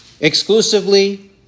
exclusively